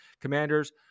Commanders